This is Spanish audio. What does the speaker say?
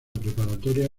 preparatoria